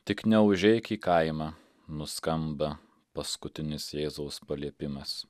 tik neužeik į kaimą nuskamba paskutinis jėzaus paliepimas